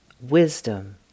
wisdom